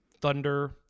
Thunder